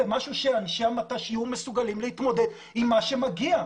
למשהו שאנשי המט"ש יהיו מסוגלים להתמודד עם מה שמגיע,